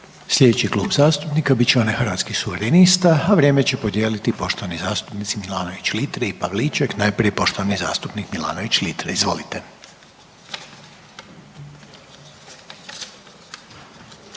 Sljedeći Klub zastupnika bit će onaj Hrvatskih suverenista, a vrijeme će podijeliti poštovani zastupnici Milanović Litre i Pavliček. Najprije poštovani zastupnik Milanović Litre. Izvolite.